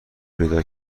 پیدا